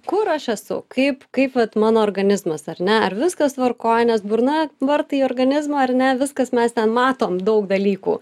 kur aš esu kaip kaip vat mano organizmas ar ne ar viskas tvarkoj nes burna vartai į organizmą ar ne viskas mes ten matom daug dalykų